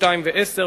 2 ו-10,